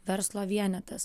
verslo vienetas